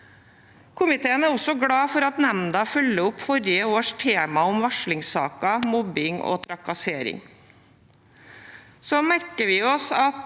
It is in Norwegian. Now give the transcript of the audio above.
Komiteen er også glad for at nemnda følger opp forrige års tema om varslingssaker, mobbing og trakassering.